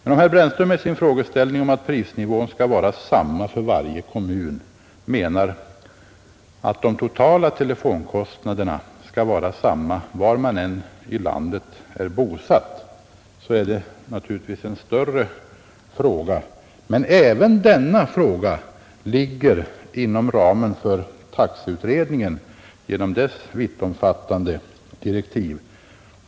Om herr Brännström med sitt yttrande att prisnivån skall vara densamma för varje kommun menar att de totala telefonkostnaderna skall vara desamma var man än är bosatt i landet tar han naturligtvis upp en större fråga. Men även den ligger inom ramen för taxeutredningen på grund av dess vittomfattande direktiv.